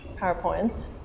PowerPoints